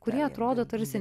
kurie atrodo tarsi